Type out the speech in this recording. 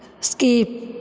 skip